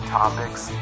topics